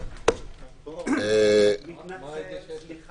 מספיק ותק